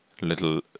little